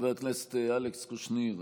חבר הכנסת אלכס קושניר,